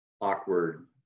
awkward